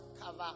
cover